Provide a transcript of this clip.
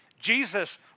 Jesus